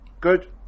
Good